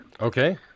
Okay